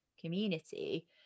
community